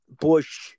Bush